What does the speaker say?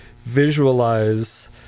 visualize